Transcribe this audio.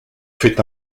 fait